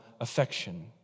affection